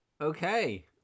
Okay